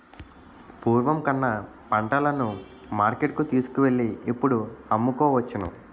పూర్వం కన్నా పంటలను మార్కెట్టుకు తీసుకువెళ్ళి ఇప్పుడు అమ్ముకోవచ్చును